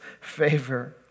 favor